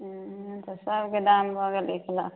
हुँ तऽ सबके दाम भऽ गेल एक लाख